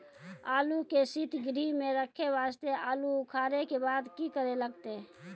आलू के सीतगृह मे रखे वास्ते आलू उखारे के बाद की करे लगतै?